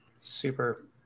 super